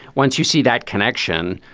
once you see that connection,